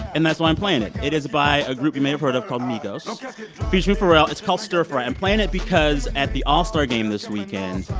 and that's why i'm playing it. it is by a group you may have heard of called migos so featuring pharrell. it's called stir fry. i'm playing it because at the all-star game this weekend,